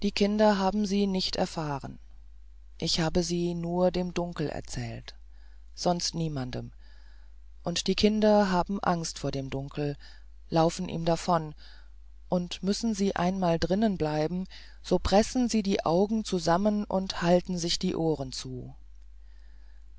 kinder haben sie nicht erfahren ich habe sie nur dem dunkel erzählt sonst niemandem und die kinder haben angst vor dem dunkel laufen ihm davon und müssen sie einmal drinnen bleiben so pressen sie die augen zusammen und halten sich die ohren zu